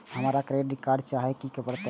हमरा credit card चाही की करे परतै?